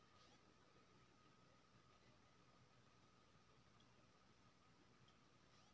बाँसक नबका कोपरक अचार सेहो बनै छै आ नबका कोपर केर तरकारी सेहो